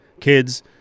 kids